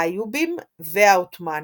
האיובים והעות'מאנים,